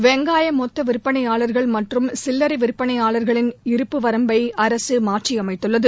வெங்காய மொத்த விற்பனையாளர்கள் மற்றும் சில்லரை விற்பனையாளர்களின் இருப்பு வரம்பை அரசு மாற்றியமைத்துள்ளது